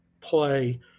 play